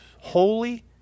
holy